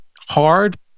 hard